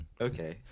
okay